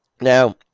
Now